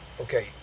Okay